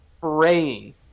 praying